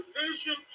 vision